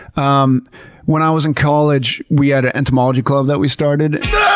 um when i was in college we had an entomology club that we started.